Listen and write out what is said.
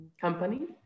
company